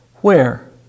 Where